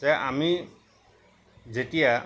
যে আমি যেতিয়া